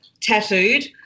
tattooed